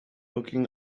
looking